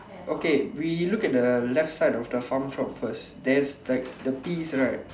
okay we look at the left side of the pharm shop first there's like the peas right